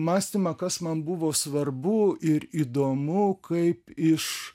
mąstymą kas man buvo svarbu ir įdomu kaip iš